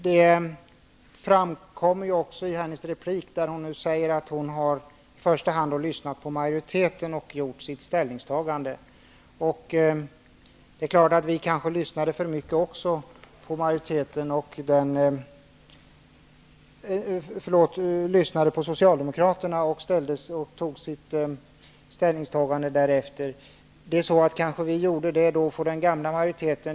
Det framkom också i Eva Zetterbergs inlägg att hon i första hand har lyssnat på Socialdemokraterna och gjort sitt ställningstagande därefter. Vi kanske också lyssnade för mycket på Socialdemokraterna förut, för det fanns säkert enklare system än det som förespråkades av den gamla majoriteten.